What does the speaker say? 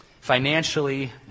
financially